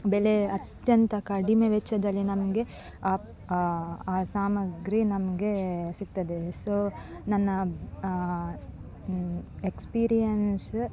ಬೆಲೆ ಅತ್ಯಂತ ಕಡಿಮೆ ವೆಚ್ಚದಲ್ಲಿ ನಮಗೆ ಆ ಆ ಆ ಸಾಮಗ್ರಿ ನಮಗೆ ಸಿಗ್ತದೆ ಸೊ ನನ್ನ ಎಕ್ಸ್ಪೀರಿಯನ್ಸ್